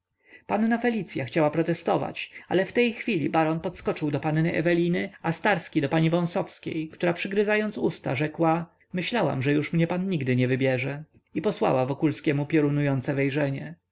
damę panna felicya chciała protestować ale w tej chwili baron podskoczył do panny eweliny a starski do pani wąsowskiej która przygryzając usta rzekła myślałam że już mnie pan nigdy nie wybierze i posłała wokulskiemu piorunujące wejrzenie